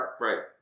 Right